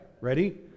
Ready